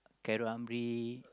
Cero Hambre